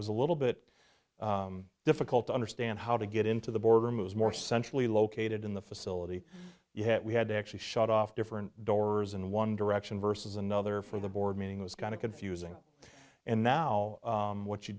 was a little bit difficult to understand how to get into the border moves more centrally located in the facility yet we had to actually shut off different doors in one direction versus another for the board meeting was kind of confusing and now what you